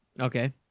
Okay